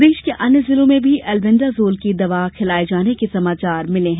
प्रदेश के अन्य जिलों में भी एल्बेंडाजोल की दवा खिलाये जाने के समाचार मिले हैं